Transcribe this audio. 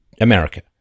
America